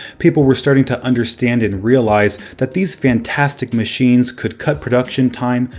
people were starting to understand and realize that these fantastic machines could cut production time,